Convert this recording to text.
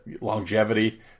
longevity